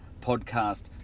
podcast